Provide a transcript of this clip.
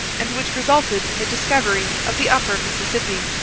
and which resulted in the discovery of the upper mississippi.